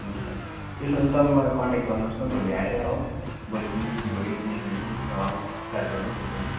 हुन्छ हुन्छ त्यसो भने तपाईँ मलाई कन्ट्याक्ट गर्नुहोस् न भोलि आएर हो भोलिदेखि भोलि इभिनिङदेखि स्टार्ट गरौँ त्यसो भने